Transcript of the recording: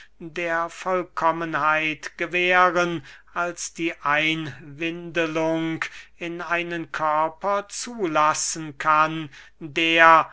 der vollkommenheit gewähren als die einwindelung in einen körper zulassen kann der